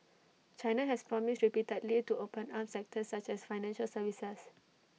China has promised repeatedly to open up sectors such as financial services